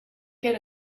get